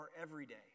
everyday